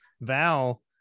val